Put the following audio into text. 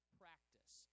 practice